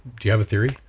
do you have a theory?